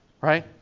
right